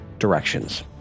Directions